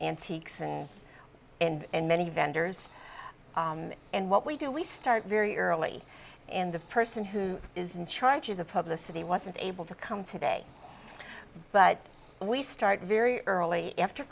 antiques and many vendors and what we do we start very early and the person who is in charge of the public's city wasn't able to come today but we start very early after